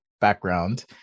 background